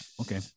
Okay